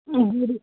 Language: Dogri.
हूं